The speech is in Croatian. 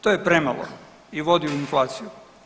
To je premalo i vodi u inflaciju.